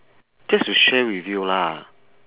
just to share with you lah